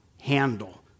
handle